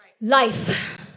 life